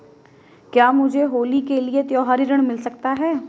क्या मुझे होली के लिए त्यौहारी ऋण मिल सकता है?